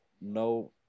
no